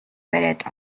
бариад